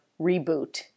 reboot